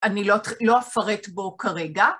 אני לא אפרט בו כרגע.